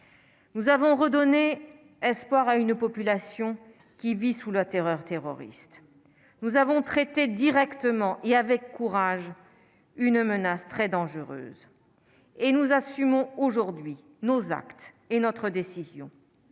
Nous avons redonné espoir à une population qui vit sous la terreur terroriste nous avons traité directement et avec courage une menace très dangereuse et nous assumons aujourd'hui nos actes et notre décision,